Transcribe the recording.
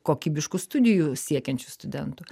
kokybiškų studijų siekiančių studentų